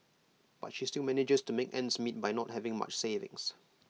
but she still manages to make ends meet by not having much savings